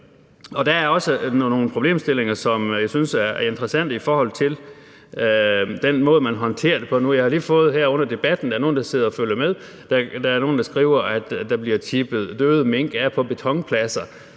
Der er også nogle problemstillinger, som jeg synes er interessante i forhold til den måde, man håndterer det på. Jeg har lige her under debatten fået noget at vide. Der er nogen, der sidder og følger med, som skriver, at der bliver tippet døde mink af på betonpladser.